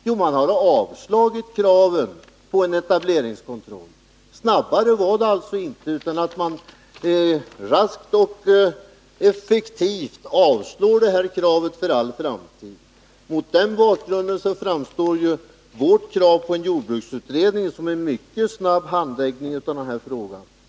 Jo, man har avstyrkt kravet på en etableringskontroll. Mer bråttom hade man alltså inte än att man snabbt och effektivt avfärdade det här kravet för all framtid. Mot den bakgrunden framstår vårt krav på en jordbruksutredning som något som skulle innebära en mycket snabb handläggning av frågan.